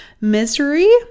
misery